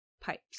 pipes